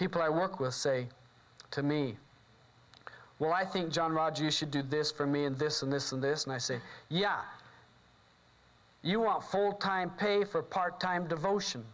people i work with say to me well i think john rogers should do this for me and this and this and this and i say yeah you are all full time pay for part time devotion